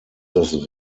das